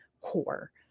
core